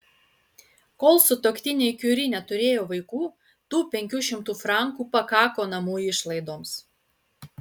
kol sutuoktiniai kiuri neturėjo vaikų tų penkių šimtų frankų pakako namų išlaidoms